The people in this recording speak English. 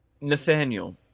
Nathaniel